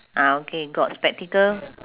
ah okay got spectacle